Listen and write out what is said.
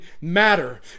matter